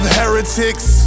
heretics